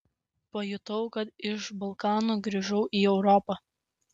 pajutau kad iš balkanų grįžau į europą